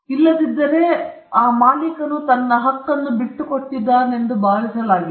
ಇಲ್ಲದಿದ್ದರೆ ಅವನು ತನ್ನ ಬಲವನ್ನು ಬಿಟ್ಟುಕೊಟ್ಟಿದ್ದಾನೆಂದು ಭಾವಿಸಬಹುದಾಗಿದೆ